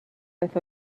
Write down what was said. beth